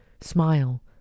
smile